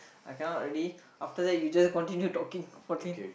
I cannot already after that you just continue talking fourteen